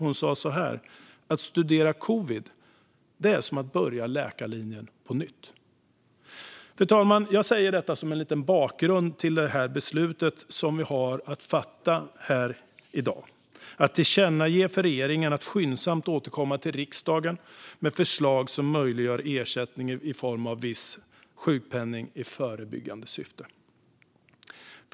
Hon sa så här: Att studera covid är som att börja läkarlinjen på nytt. Fru talman! Jag säger detta som en liten bakgrund till det beslut som vi har att fatta här i nästa vecka att tillkännage för regeringen att skyndsamt återkomma till riksdagen med förslag som möjliggör ersättning i form av viss sjukpenning i förebyggande syfte.